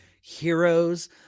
heroes